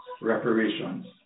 reparations